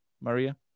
Maria